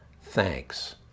thanks